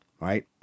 right